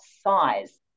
size